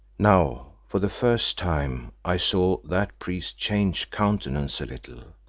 now for the first time i saw that priest change countenance a little,